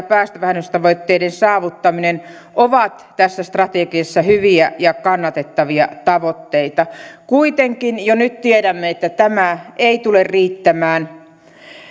päästövähennystavoitteiden saavuttaminen ovat tässä strategiassa hyviä ja kannatettavia tavoitteita kuitenkin jo nyt tiedämme että tämä ei tule riittämään